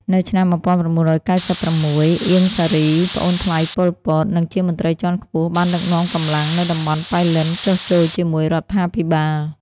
នៅឆ្នាំ១៩៩៦ អៀង សារី ប្អូនថ្លៃប៉ុល ពត និងជាមន្ត្រីជាន់ខ្ពស់ បានដឹកនាំកម្លាំងនៅតំបន់ប៉ៃលិនចុះចូលជាមួយរដ្ឋាភិបាល។